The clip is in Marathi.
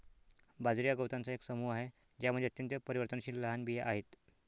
बाजरी हा गवतांचा एक समूह आहे ज्यामध्ये अत्यंत परिवर्तनशील लहान बिया आहेत